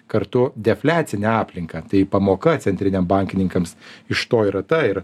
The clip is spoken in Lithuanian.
kartu defliacinę aplinką tai pamoka centriniam bankininkams iš to yra ta ir